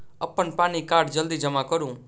अप्पन पानि कार्ड जल्दी जमा करू?